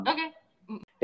Okay